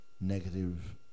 negative